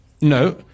no